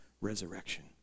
resurrection